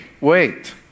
wait